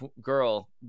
girl